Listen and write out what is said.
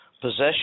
Possession